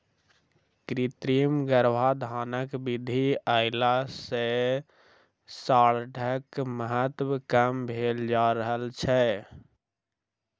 कृत्रिम गर्भाधानक विधि अयला सॅ साँढ़क महत्त्व कम भेल जा रहल छै